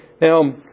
Now